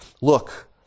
Look